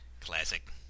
Classic